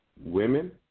women